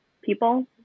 people